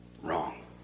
wrong